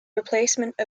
replacement